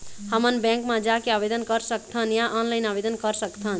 हमन बैंक मा जाके आवेदन कर सकथन या ऑनलाइन आवेदन कर सकथन?